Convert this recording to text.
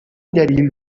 دلیل